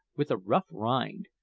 with a rough rind,